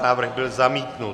Návrh byl zamítnut.